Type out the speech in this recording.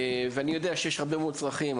ואני יודע שיש הרבה מאוד צרכים,